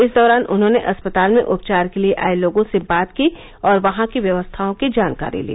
इस दौरान उन्होंने अस्पताल में उपचार के लिए आए लोगों से बात की और वहां की व्यवस्थाओं की जानकारी ली